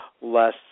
less